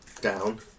down